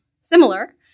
similar